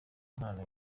impano